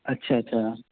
اچھا اچھا